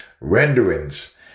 renderings